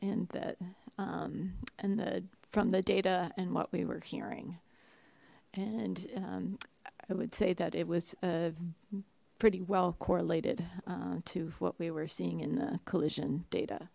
and that um and the from the data and what we were hearing and um i would say that it was uh pretty well correlated to what we were seeing in the collision data